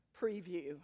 preview